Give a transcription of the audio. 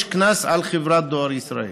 יש קנס על חברת דואר ישראל.